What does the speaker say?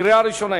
קריאה ראשונה.